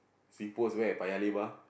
SingPost where Paya-Lebar